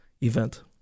event